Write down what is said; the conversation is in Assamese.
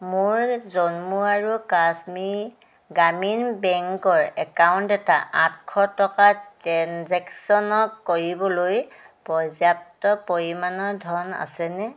মোৰ জম্মু আৰু কাশ্মীৰ গ্ৰামীণ বেংকৰ একাউণ্টত এটা আঠশ টকাৰ ট্ৰেঞ্জেকশ্য়ন কৰিবলৈ পৰ্যাপ্ত পৰিমাণৰ ধন আছেনে